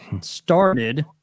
Started